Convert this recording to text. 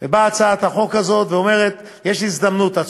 באה הצעת החוק הזאת ואומרת: יש הזדמנות עד